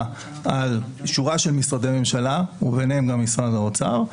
על שורה של משרדי ממשלה וביניהם גם משרד האוצר,